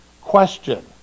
question